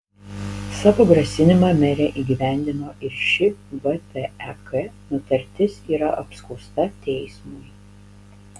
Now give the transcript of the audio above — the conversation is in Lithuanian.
savo grasinimą merė įgyvendino ir ši vtek nutartis yra apskųsta teismui